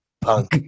punk